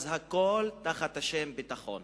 אז הכול תחת השם ביטחון.